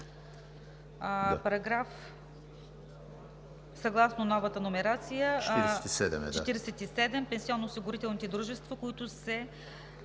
нов § 47 съгласно новата номерация: „§ 47. Пенсионноосигурителните дружества, които се